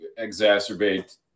exacerbate